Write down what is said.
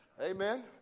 Amen